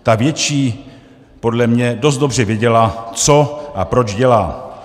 Ta větší podle mě dost dobře věděla, co a proč dělá.